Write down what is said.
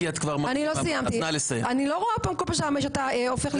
אני לא רואה שאתה הופך לי את השעון.